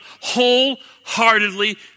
wholeheartedly